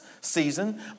season